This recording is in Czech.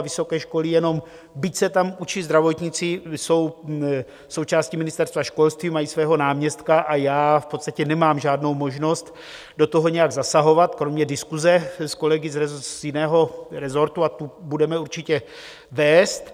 Vysoké školy jenom, byť se tam učí zdravotníci, jsou součástí Ministerstva školství, mají svého náměstka a já v podstatě nemám žádnou možnost do toho nějak zasahovat kromě diskuse s kolegy z jiného resortu, a tu budeme určitě vést.